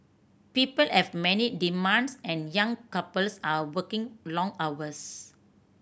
people have many demands and young couples are working long hours